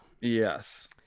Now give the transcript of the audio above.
yes